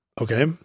Okay